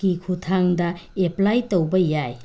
ꯀꯤ ꯈꯨꯠꯊꯥꯡꯗ ꯑꯦꯄ꯭ꯂꯥꯏ ꯇꯧꯕ ꯌꯥꯏ